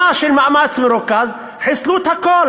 שנה של מאמץ מרוכז, חיסלו את הכול.